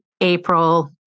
April